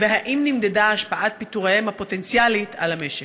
2. האם נמדדה השפעת הפיטורים הפוטנציאליים על המשק?